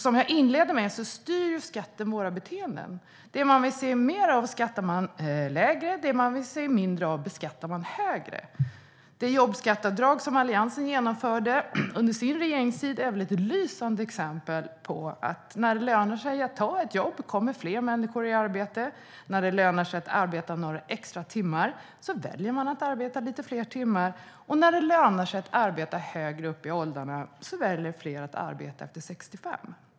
Som jag inledde med att säga styr skatten våra beteenden. Det man vill se mer av beskattar man lägre, det man vill se mindre av beskattar man högre. Det jobbskatteavdrag som Alliansen genomförde under sin regeringstid är ett lysande exempel på att när det lönar sig att ta ett jobb kommer fler människor i arbete, när det lönar sig att arbeta några extra timmar väljer man att arbeta lite fler timmar och när det lönar sig att arbeta högre upp i åldrarna väljer fler att arbeta efter 65 års ålder.